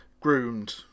groomed